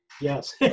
Yes